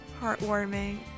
heartwarming